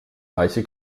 weiche